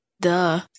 Duh